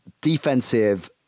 defensive